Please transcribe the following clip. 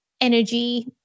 energy